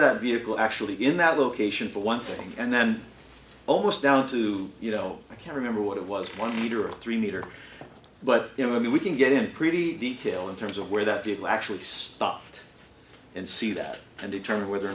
that vehicle actually in that location for one thing and then almost down to you know i can't remember what it was one meter or three meter but you know i mean we can get in pretty detail in terms of where that vehicle actually stopped and see that and determine whether or